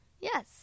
Yes